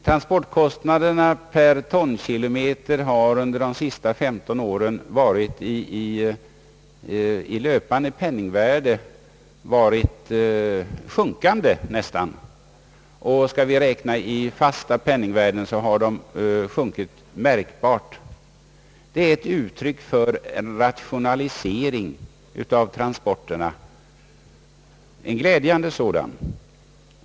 Transportkostnaderna per tonkilometer har under de senaste femton åren i löpande penningvärde varit nästan sjunkande. Skall vi räkna med ett fast penningvärde har de märkbart sjunkit, vilket är ett uttryck för en rationalisering av transporterna och en glädjande sådan.